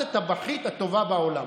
את הטבחית הטובה בעולם.